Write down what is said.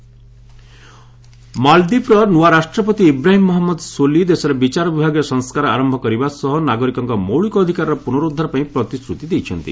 ମାଳଦୀପ ପ୍ରେସିଡେଣ୍ଟ ମାଳଦୀପ୍ର ନୂଆ ରାଷ୍ଟ୍ରପତି ଇବ୍ରାହିମ୍ ମହଞ୍ଜଦ ସୋଲି ଦେଶରେ ବିଚାର ବିଭାଗୀୟ ସଂସ୍କାର ଆରମ୍ଭ କରିବା ସହ ନାଗରିକଙ୍କ ମୌଳିକ ଅଧିକାରର ପୁନରୁଦ୍ଧାର ପାଇଁ ପ୍ରତିଶ୍ରତି ଦେଇଛନ୍ତି